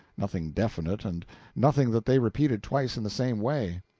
nothing definite and nothing that they repeated twice in the same way.